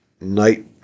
night